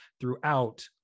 throughout